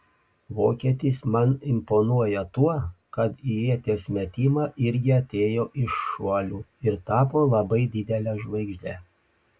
vokietis man imponuoja tuo kad į ieties metimą irgi atėjo iš šuolių ir tapo labai didele žvaigžde